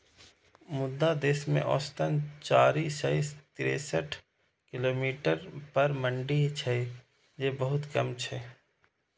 मुदा देश मे औसतन चारि सय तिरेसठ किलोमीटर पर मंडी छै, जे बहुत कम छै